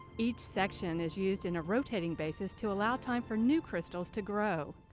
each section is used in a rotating basis to allow time for new crystals to grow.